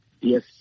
Yes